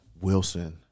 Wilson